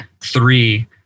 three